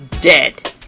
Dead